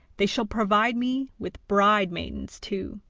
they shall provide me with bride-maidens too.